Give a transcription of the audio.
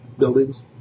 Buildings